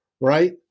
right